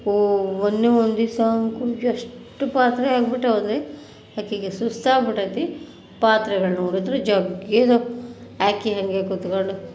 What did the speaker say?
ಓ ಮೊನ್ನೆ ಒಂದಿವ್ಸ ಅಂತ್ರು ಎಷ್ಟು ಪಾತ್ರೆ ಆಗ್ಬಿಟ್ಟೀವೆಂದ್ರೆ ಆಕೆಗೆ ಸುಸ್ತಾಗ್ಬಿಟ್ಟೈತಿ ಪಾತ್ರೆಗಳು ನೋಡಿದ್ರೆ ಜಗ್ಗಿದಾವು ಆಕೆ ಹಾಗೆ ಕೂತ್ಕೊಂಡು